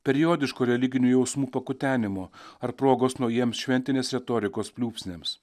periodiško religinių jausmų pakutenimo ar progos naujiems šventinės retorikos pliūpsniams